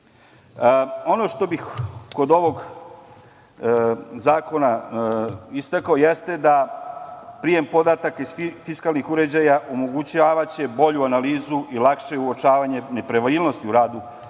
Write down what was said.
što bih kod ovog zakona istakao jeste da prijem podataka iz fiskalnih uređaja omogućavaće bolju analizu i lakše uočavanje nepravilnosti u radu